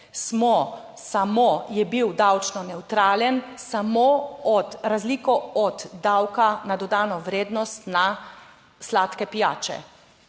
samo, je bil davčno nevtralen, samo od razliko od davka na dodano vrednost na sladke pijače.